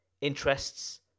interests